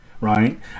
right